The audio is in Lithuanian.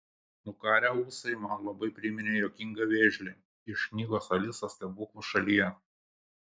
nukarę ūsai man labai priminė juokingą vėžlį iš knygos alisa stebuklų šalyje